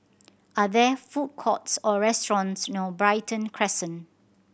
are there food courts or restaurants near Brighton Crescent